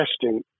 testing